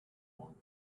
one